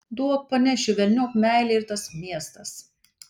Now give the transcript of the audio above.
duok panešiu velniop meilė ir tas miestas